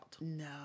No